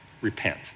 Repent